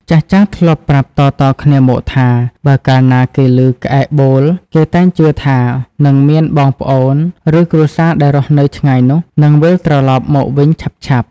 ចាស់ៗធ្លាប់ប្រាប់តៗគ្នាមកថា បើកាលណាគេឮក្អែកបូល គេតែងជឿថា នឹងមានបងប្អូន ឬគ្រួសារដែលរស់នៅឆ្ងាយនោះ និងវិលត្រឡប់មកវិញឆាប់។